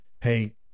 Hey